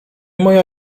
moja